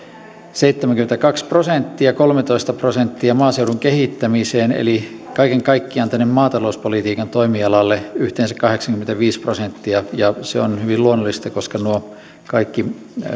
seitsemänkymmentäkaksi prosenttia ja kolmetoista prosenttia maaseudun kehittämiseen eli kaiken kaikkiaan tänne maatalouspolitiikan toimialalle yhteensä kahdeksankymmentäviisi prosenttia ja se on hyvin luonnollista koska nuo kaikki